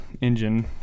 engine